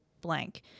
blank